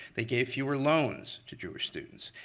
they gave fewer loans to jewish students.